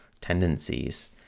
tendencies